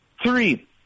Three